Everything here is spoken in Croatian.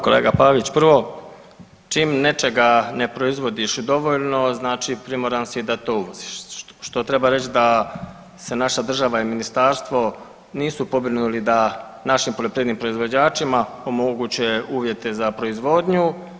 Kolega Pavić prvo čim nečega ne proizvodiš dovoljno znači primoran si da to uvoziš što treba reći da se naša država i ministarstvo nisu pobrinuli da našim poljoprivrednim proizvođačima omoguće uvjete za proizvodnju.